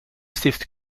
stift